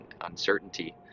uncertainty